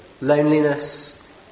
loneliness